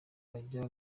ajya